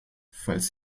falls